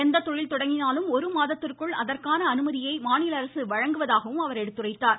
எந்த தொழில் தொடங்கினாலும் ஒரு மாதத்திற்குள் அதற்கான அனுமதியை மாநில அரசு வழங்குவதாகவம் அவர் எடுத்துரைத்தார்